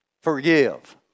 forgive